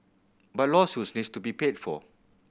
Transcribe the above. but lawsuits needs to be paid for